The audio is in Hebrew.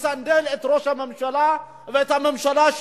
לסנדל את ראש הממשלה ואת הממשלה,